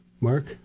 Mark